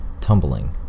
tumbling